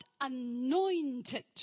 anointed